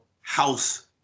house